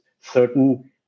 certain